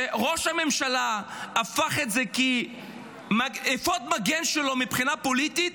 שראש הממשלה הפך את זה לאפוד המגן שלו מבחינה פוליטית,